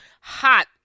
hot